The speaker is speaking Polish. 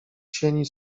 sieni